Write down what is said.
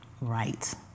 Right